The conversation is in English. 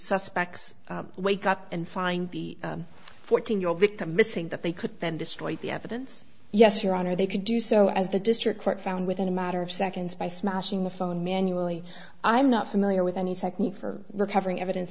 suspects wake up and find the fourteen year old victim missing that they could then destroy the evidence yes your honor they could do so as the district court found within a matter of seconds by smashing the phone manually i am not familiar with any technique for recovering evidence